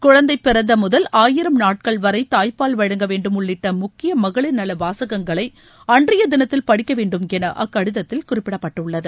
குழந்தை பிறந்த முதல் ஆயிரம் நாட்கள் வரை தாய்ப்பால் வழங்க வேண்டும் உள்ளிட்ட முக்கிய மகளிர் நல வாசகங்களை அன்றைய தினத்தில் படிக்க வேண்டும் என அக்ஷடதத்தில் குறிப்பிடப்பட்டுள்ளது